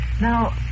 Now